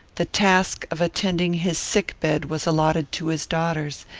the task of attending his sick-bed was allotted to his daughters,